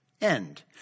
end